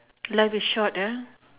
life is short ah